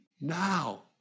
now